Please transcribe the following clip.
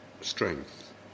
strength